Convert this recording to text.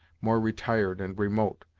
more retired and remote,